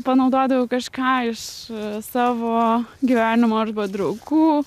panaudodavau kažką iš savo gyvenimo arba draugų